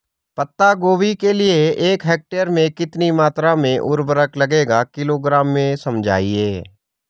पत्ता गोभी के लिए एक हेक्टेयर में कितनी मात्रा में उर्वरक लगेगा किलोग्राम में समझाइए?